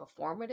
performative